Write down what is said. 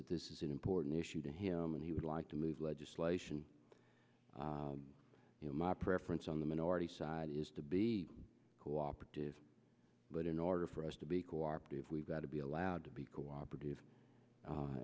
that this is an important issue to him and he would like to move legislation you know my preference on the minority side is to be co operative but in order for us to be co operative we've got to be allowed to be co operative